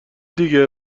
دیگه